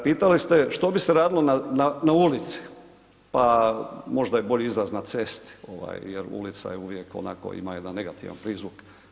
Pitali ste što bi se radilo na ulici, pa možda je bolji izraz na cesti, jel ulica je uvijek ima onako jedan negativan prizvuk.